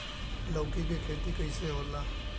लौकी के खेती कइसे होला?